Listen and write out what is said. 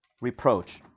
reproach